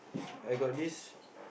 I got this